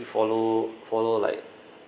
follow follow like